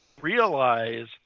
realize